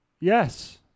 Yes